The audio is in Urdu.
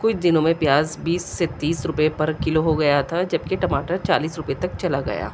کچھ دنوں میں پیاز بیس سے تیس روپے پر کلو ہو گیا تھا جبکہ ٹماٹر چالیس روپے تک چلا گیا